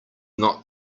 not